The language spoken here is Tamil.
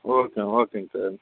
ஓகே ஓகேங்க சார்